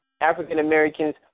African-Americans